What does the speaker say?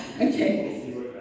Okay